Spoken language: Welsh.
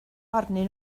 arnyn